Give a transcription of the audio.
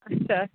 اَچھا اَچھا